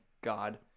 God